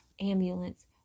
ambulance